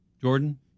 Jordan